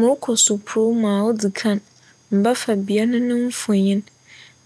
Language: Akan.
Morokͻ suprumu a, odzi kan mebɛfa bea no ne mfonyin.